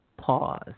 Pause